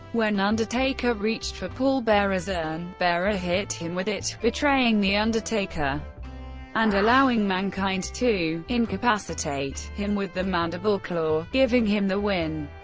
when undertaker reached for paul bearer's urn, bearer hit him with it, betraying the undertaker and allowing mankind to incapacitate him with the mandible claw, giving him the win.